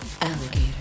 alligator